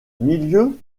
milieu